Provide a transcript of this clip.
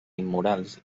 immorals